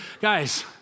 guys